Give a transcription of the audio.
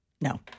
No